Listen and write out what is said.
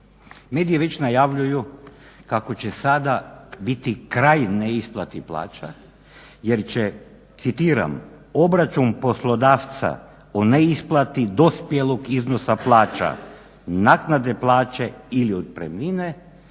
Mediji već najavljuju kako će sada biti kraj neisplati plaća jer će citiram "obračun poslodavca o neisplati dospjelog iznosa plaća naknade plaće ili otpremnine